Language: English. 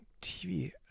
TV